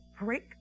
break